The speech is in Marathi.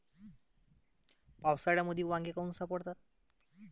पावसाळ्यामंदी वांगे काऊन सडतात?